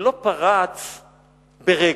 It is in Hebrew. לא פרץ ברגע,